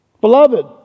Beloved